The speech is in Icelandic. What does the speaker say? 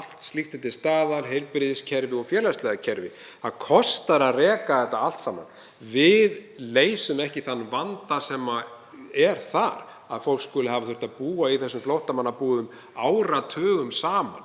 Allt slíkt er til staðar, heilbrigðiskerfið og félagslega kerfið. Það að kostar eitthvað að reka þetta allt saman. Við leysum ekki þann vanda sem er þar, að fólk skuli hafa þurft að búa í þessum flóttamannabúðum áratugum saman,